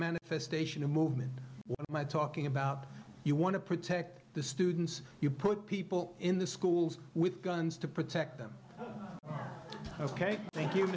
manifestation of movement my talking about you want to protect the students you put people in the schools with guns to protect them ok thank you